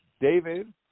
David